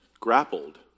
Grappled